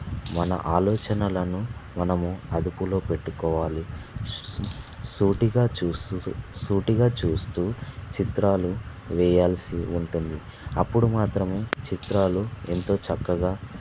మన ఆలోచనలను మనము అదుపులో పెట్టుకోవాలి సూ సూటిగా చూస్తూ సూటిగా చూస్తూ చిత్రాలు వేయాల్సివుంటుంది అప్పుడు మాత్రమే చిత్రాలు ఎంతో చక్కగా